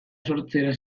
sortzera